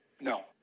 No